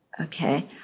Okay